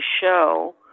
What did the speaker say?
show